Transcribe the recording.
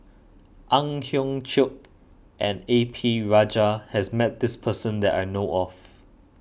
Ang Hiong Chiok and A P Rajah has met this person that I know of